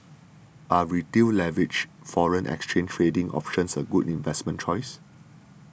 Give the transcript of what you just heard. are Retail leveraged foreign exchange trading options a good investment choice